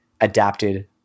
adapted